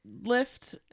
lift